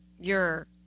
your-